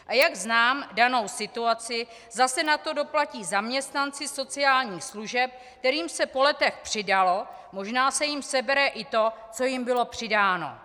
A jak znám danou situaci, zase na to doplatí zaměstnanci sociálních služeb, kterým se po letech přidalo, možná se jim sebere i to, co jim bylo přidáno.